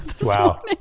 Wow